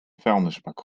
vuilnisbak